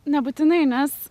nebūtinai nes